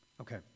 Okay